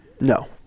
No